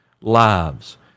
lives